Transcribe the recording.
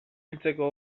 hiltzeko